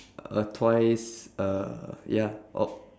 uh twice uh ya